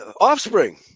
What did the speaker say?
offspring